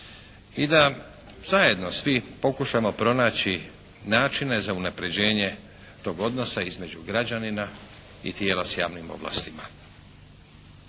i da zajedno svi pokušamo pronaći načine za unapređenje tog odnosa između građanina i tijela s javnim ovlastima.